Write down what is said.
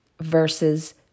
versus